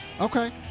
Okay